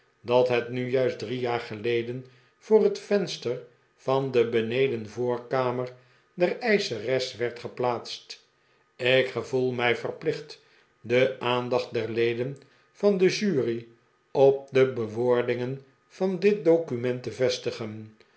dat het nu juist drie jaar geleden voor het venster van de benedenvoorkamer der eischeres werd geplaatst ik gevoel mij verplicht de aandacht der leden van de jury op de bewoordingen van dit document te vestigen